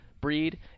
breed